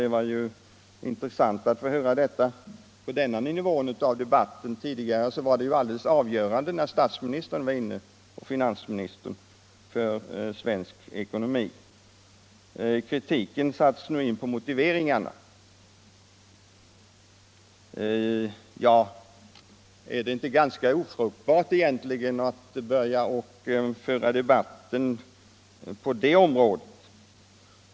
Det var ju intressant att få höra det i detta skede av debatten. Tidigare, när statsministern och finansministern var inne i diskussionen var ju beloppet alldeles avgörande för svensk ekonomi. Kritiken sattes nu in på motiveringarna. Ja, är det inte ganska ofruktbart egentligen att börja föra debatten på det området?